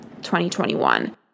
2021